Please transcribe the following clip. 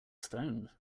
stoned